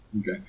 Okay